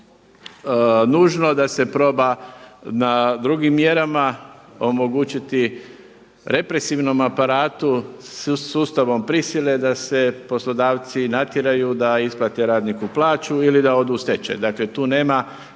nužno da se proba na drugim mjerama omogućiti represivnom aparatu sustavom prisile da se poslodavci natjeraju da isplate radniku plaću ili da odu u stečaj. Dakle, tu nema